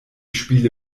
spiele